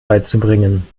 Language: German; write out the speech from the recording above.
beizubringen